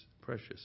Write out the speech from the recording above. precious